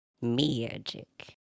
magic